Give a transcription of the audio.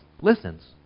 listens